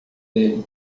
dele